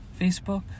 Facebook